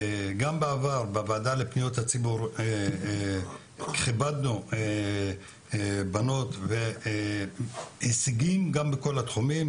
גם בעבר בוועדה לפניות הציבור כיבדנו בנות והישגים בכל התחומים,